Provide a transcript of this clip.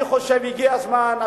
אני חושב שהגיע הזמן,